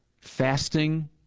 fasting